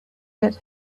get